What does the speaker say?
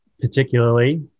particularly